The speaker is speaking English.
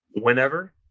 whenever